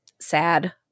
sad